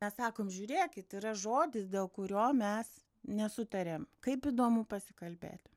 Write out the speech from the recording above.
mes sakom žiūrėkit yra žodis dėl kurio mes nesutarėm kaip įdomu pasikalbėti